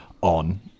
on